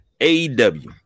AEW